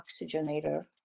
oxygenator